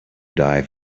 die